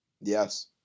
Yes